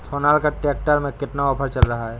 Sonalika tractor में कितना offer चल रहा है?